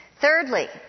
Thirdly